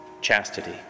chastity